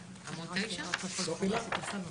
רגע אחד,